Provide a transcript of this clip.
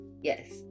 Yes